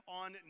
on